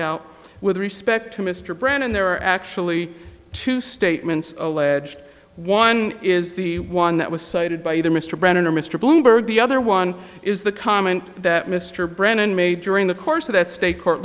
point with respect to mr brennan there are actually two statements alleged one is the one that was cited by either mr brennan or mr bloomberg the other one is the comment that mr brennan made during the course of that state court